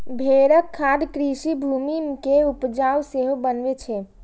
भेड़क खाद कृषि भूमि कें उपजाउ सेहो बनबै छै